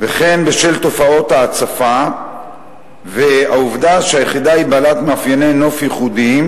בשל תופעות ההצפה והעובדה שהיחידה היא בעלת מאפייני נוף ייחודיים,